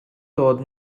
dod